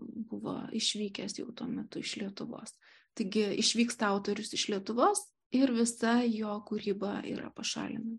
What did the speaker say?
buvo išvykęs jau tuo metu iš lietuvos taigi išvyksta autorius iš lietuvos ir visa jo kūryba yra pašalinama